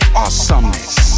awesomeness